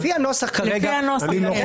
לפי הנוסח כרגע -- אני לא חושב.